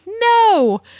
No